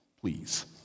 please